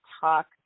Talk